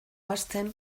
ahazten